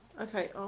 Okay